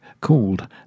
called